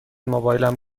موبایلم